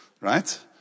right